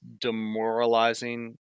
demoralizing